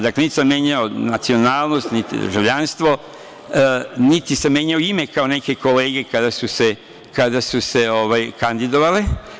Dakle, nisam menjao nacionalnost, niti državljanstvo, niti sam menjao ime kao neke kolege kada su se kandidovale.